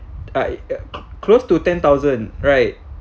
uh close to ten thousand right